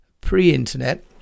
pre-internet